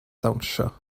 dawnsio